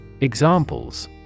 Examples